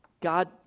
God